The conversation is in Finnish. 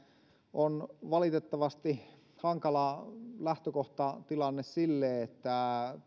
on valitettavasti hankala lähtökohtatilanne sille että